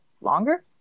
longer